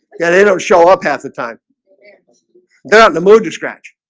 yeah, they don't show up half the time then i'm the mood to scratch